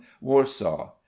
Warsaw